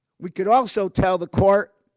we could also tell the court,